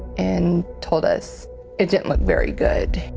and told us it didn't look very good.